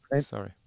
Sorry